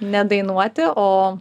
ne dainuoti o